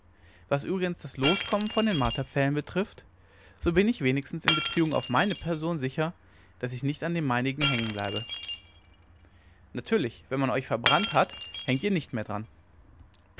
was übrigens das loskommen von den marterpfählen betrifft so bin ich wenigstens in beziehung auf meine person sicher daß ich nicht an dem meinigen hängen bleibe natürlich wenn man euch verbrannt hat hängt ihr nicht mehr daran